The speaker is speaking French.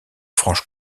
franche